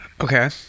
Okay